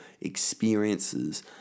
experiences